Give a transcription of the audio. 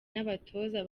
n’abatoza